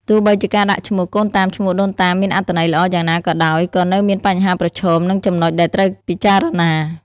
ទោះបីជាការដាក់ឈ្មោះកូនតាមឈ្មោះដូនតាមានអត្ថន័យល្អយ៉ាងណាក៏ដោយ ក៏នៅមានបញ្ហាប្រឈម និងចំណុចដែលត្រូវពិចារណា។